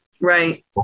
Right